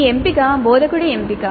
ఈ ఎంపిక బోధకుడి ఎంపిక